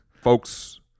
Folks